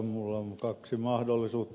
minulla on kaksi mahdollisuutta